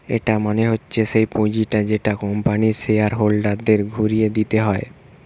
এটা মনে হচ্ছে সেই পুঁজিটা যেটা কোম্পানির শেয়ার হোল্ডারদের ঘুরে দিতে হয়